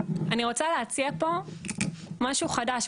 אני רוצה להציע פה משהו חדש.